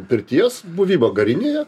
pirties buvimo garinėje